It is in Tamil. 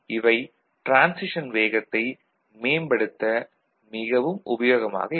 இவை டிரான்சிஷன் வேகத்தை மேம்படுத்த மிகவும் உபயோகமாக இருக்கும்